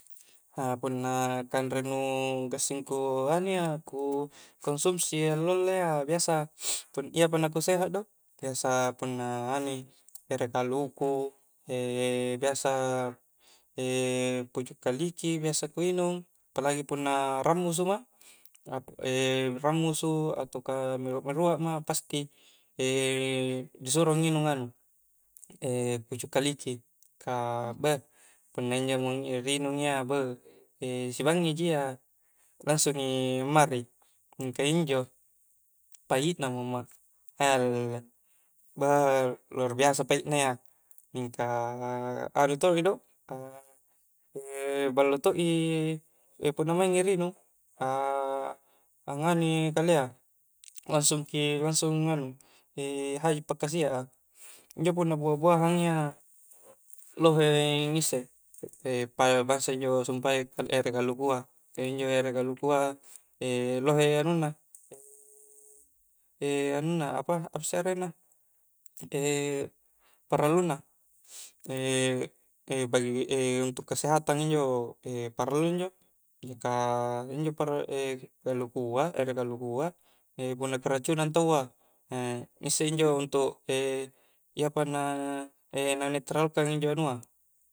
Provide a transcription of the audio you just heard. Punna' kanre' nu gassing' ku anu' iya ku konsumsi allo-alloaya' biasa iya pa' na ku seha' do, biasa punna nganu'i ere' kaluku e' biasa, e' pucu' kaliki biasa ku nginung, palagi punna' ra'musu ma e' rammusu' ataukah malu' malua'ma pasti' e' disuro'a nginung anu, e' pucu' kaliki kah beh punna injo' mi ri' nginung iya beh e' sibanggi' ji iya langsungi ma'ri, mingka injo' pahi'na muhamma' elelele beh luar biasa pahi'na ya, mingka anu to'i do, a' e' ballo to'i punna mae'i ri nginung a a'nganu i kale'a, langsungki langsung nganu' e' haji' pakasia' a, injo punna buah-buahanga' iya lohe' ngisse' e' pada bangsa injo' sumpa'e ere' kalukua' e' injo' ere' kalukua' e' lohe anunna e' anunna apa se' arengna, e' paralunna e' untuk kesehatan injo' e'paralu injo' injo' kah e' kalukua' ere' kalukua' e' punna karacunang tawwa, e' isse' injo' untuk' e' iyapana e' na netralkan injo' anua'